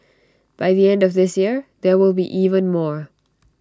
by the end of this year there will be even more